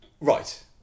Right